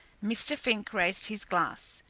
mr. fink raised his glass.